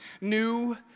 New